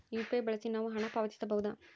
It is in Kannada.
ಯು.ಪಿ.ಐ ಬಳಸಿ ನಾವು ಹಣ ಪಾವತಿಸಬಹುದಾ?